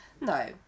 No